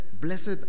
Blessed